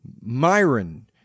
Myron